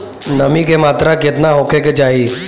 नमी के मात्रा केतना होखे के चाही?